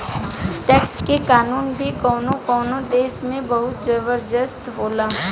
tax के कानून भी कवनो कवनो देश में बहुत जबरदस्त होला